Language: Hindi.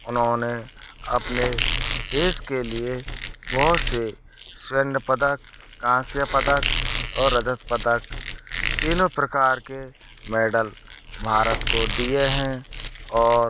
उन्होने अपने देश के लिए बहुत से स्वर्ण पदक कांस्य पदक और रजत पदक तीनों प्रकार के मेडल भारत को दिए हैं और